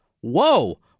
whoa